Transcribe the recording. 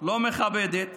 לא מכבדת,